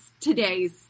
today's